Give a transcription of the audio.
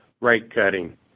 rate-cutting